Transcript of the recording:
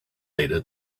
data